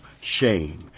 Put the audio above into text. shame